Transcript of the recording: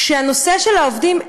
הנושא של העובדים,